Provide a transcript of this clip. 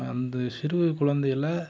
அந்த சிறு குழந்தையில்